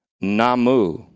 namu